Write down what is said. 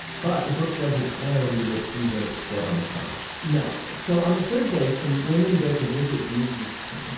but the book doesn't end with jesus dead on the cross. no, so on the third day some women go to visit jesus' tomb,